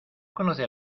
conoce